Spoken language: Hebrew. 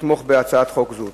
לתמוך בהצעת החוק הזאת.